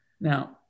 Now